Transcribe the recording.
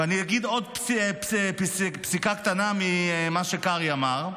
ואני אגיד עוד פסקה קטנה ממה שקרעי אמר,